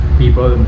people